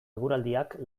eguraldiak